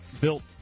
built